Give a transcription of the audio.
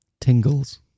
tingles